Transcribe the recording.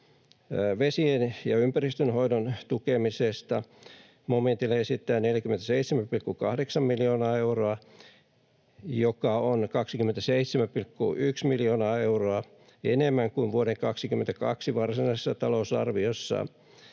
Vesien‑ ja ympäristönhoidon tukemisesta: Momentille esitetään 47,8 miljoonaa euroa, joka on 27,1 miljoonaa euroa enemmän kuin vuoden 22 varsinaisessa talousarviossa.